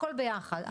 הכול ביחד.